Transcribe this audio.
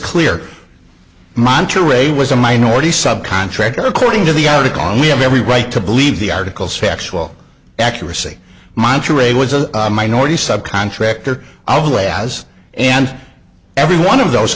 clear monterey was a minority subcontractor according to the article and we have every right to believe the articles factual accuracy monterrey was a minority subcontractor all the way as and every one of those